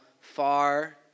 far